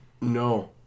No